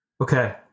Okay